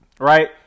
right